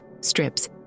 strips